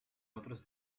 otros